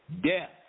death